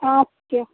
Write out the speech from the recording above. আচ্ছা